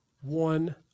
one